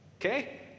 Okay